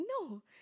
no